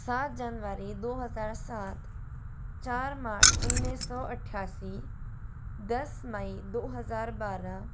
सात जनवरी दो हज़ार सात चार मार्च उन्नीस सौ अट्ठासी दस मई दो हज़ार बारह